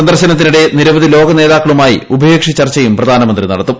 സന്ദർശനത്തിനിടെ നിരവധി ലോക നേതാക്കളുമായി ഉഭയകക്ഷി ചർച്ചയും പ്രധാനമന്ത്രി നടത്തും